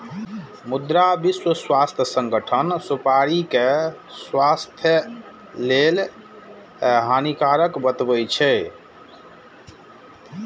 मुदा विश्व स्वास्थ्य संगठन सुपारी कें स्वास्थ्य लेल हानिकारक बतबै छै